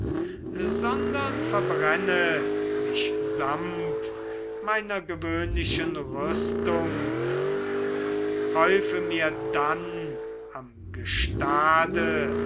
sondern verbrenne mich samt meiner gewöhnlichen rüstung häufe mir dann am gestade